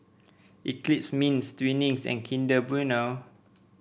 Eclipse Mints Twinings and Kinder Bueno